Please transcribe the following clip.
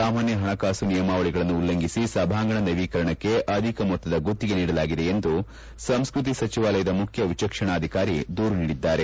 ಸಾಮಾನ್ನ ಪಣಕಾಸು ನಿಯಮಾವಳಿಗಳನ್ನು ಉಲ್ಲಂಘಿಸಿ ಸಭಾಂಗಣ ನವೀಕರಣಕ್ಕೆ ಅಧಿಕ ಮೊತ್ತದ ಗುತ್ತಿಗೆ ನೀಡಲಾಗಿದೆ ಎಂದು ಸಂಸ್ನತಿ ಸಚಿವಾಲಯದ ಮುಖ್ಯ ವಿಚಕ್ಷಣಾಧಿಕಾರಿ ದೂರು ನೀಡಿದ್ದಾರೆ